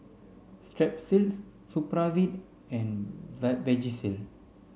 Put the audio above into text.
Strepsils Supravit and Vagisil